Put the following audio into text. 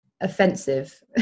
offensive